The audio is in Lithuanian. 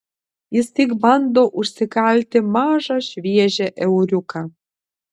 jis tik bando užsikalti mažą šviežią euriuką